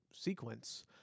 sequence